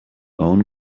own